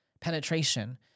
penetration